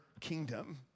kingdom